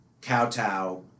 kowtow